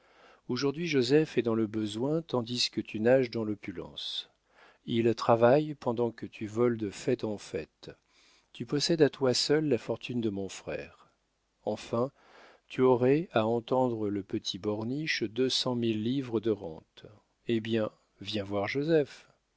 aujourd'hui joseph est dans le besoin tandis que tu nages dans l'opulence il travaille pendant que tu voles de fêtes en fêtes tu possèdes à toi seul la fortune de mon frère enfin tu aurais à entendre le petit borniche deux cent mille livres de rente eh bien viens voir joseph